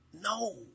No